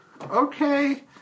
Okay